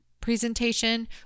presentation